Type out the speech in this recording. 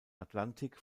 atlantik